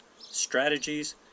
strategies